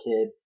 kid